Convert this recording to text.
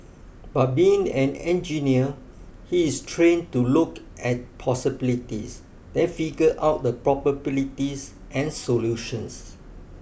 but being an engineer he is trained to look at possibilities then figure out the probabilities and solutions